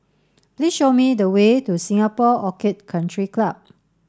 please show me the way to Singapore Orchid Country Club